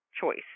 choice